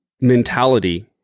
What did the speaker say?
mentality